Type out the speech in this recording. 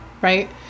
Right